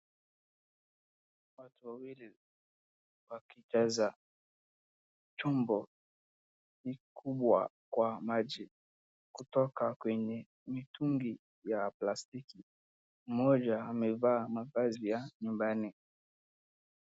Watu wawili wakijaza chombo hii kubwa kwa maji kutoka kwenye mitungi ya plastiki, mmoja amevaa mavazi ya nyumbani.